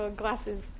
glasses